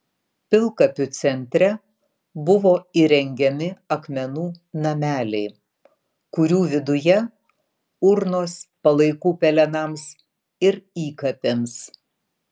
pilkapių centre buvo įrengiami akmenų nameliai kurių viduje urnos palaikų pelenams ir įkapėms